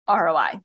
ROI